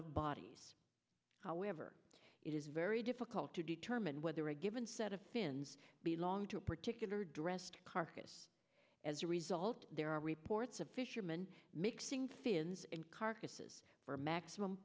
of bodies however it is very difficult to determine whether a given set of fins be long to a particular dressed carcass as a result there are reports of fisherman mixing fins and carcasses for maximum